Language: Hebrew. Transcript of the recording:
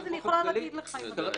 אני לא רוצה להתייחס לתיק ספציפי.